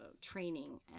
training